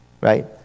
Right